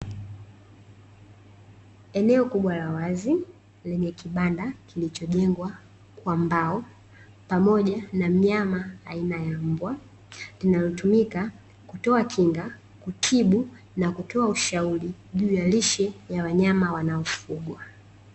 Eneo kubwa la wazi lenye kibanda kilichojengwa kwa mbao, pamoja na mnyama aina ya mbwa, linalotumika kutoa kinga, kutibu na kutoa ushauri juu ya lishe ya wanyama wanaofugwa.